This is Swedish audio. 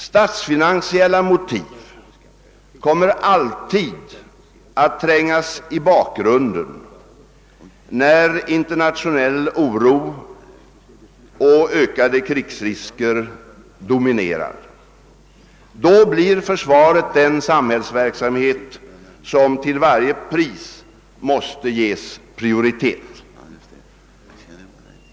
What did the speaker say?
Statsfinansiella motiv kommer alltid att trängas i bakgrunden när internationell oro och ökade krigsrisker dominerar; då blir försvaret den samhällsverksamhet som till varje pris måste ges prioritet.